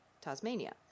Tasmania